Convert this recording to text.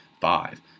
five